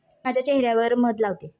मी माझ्या चेह यावर मध लावते